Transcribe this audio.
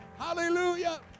Hallelujah